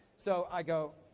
so, i go,